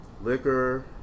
liquor